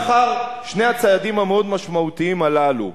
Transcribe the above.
לאחר שני הצעדים המאוד-משמעותיים הללו,